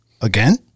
Again